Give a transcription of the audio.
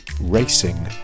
Racing